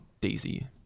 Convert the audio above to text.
Daisy